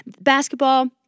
basketball